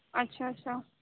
اچھا اچھا